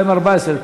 התשע"ה 2014,